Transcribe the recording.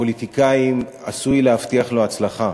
מהפוליטיקאים עשוי להבטיח לו הצלחה.